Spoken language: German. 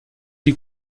die